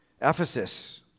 Ephesus